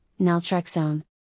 naltrexone